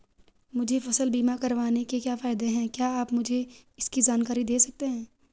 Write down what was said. मुझे फसल बीमा करवाने के क्या फायदे हैं क्या आप मुझे इसकी जानकारी दें सकते हैं?